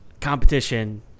competition